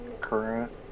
current